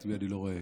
את מי אני לא רואה?